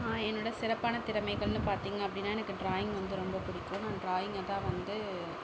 என்னோட சிறப்பான திறமைகள்ன்னு பார்த்தீங்க அப்படின்னா எனக்கு டிராயிங் வந்து ரொம்ப பிடிக்கும் நான் டிராயிங்கை தான் வந்து